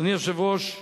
אדוני היושב-ראש,